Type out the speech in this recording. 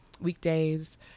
weekdays